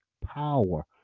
Power